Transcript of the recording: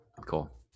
Cool